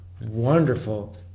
wonderful